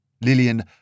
Lillian